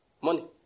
money